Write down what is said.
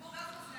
כמו גז מזגנים.